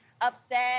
upset